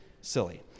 silly